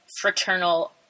fraternal